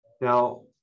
Now